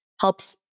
helps